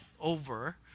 over